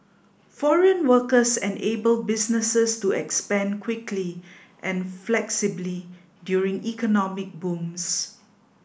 foreign workers enable businesses to expand quickly and flexibly during economic booms